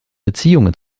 beziehungen